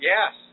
Yes